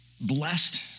blessed